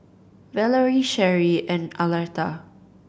Valerie Sherie and Arletta